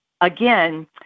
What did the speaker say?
again